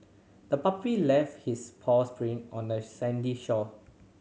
the puppy left his paws print on the sandy shore